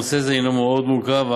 נושא זה הנו מאוד מורכב,